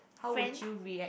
how would you react